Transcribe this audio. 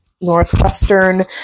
Northwestern